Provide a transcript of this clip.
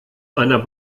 einer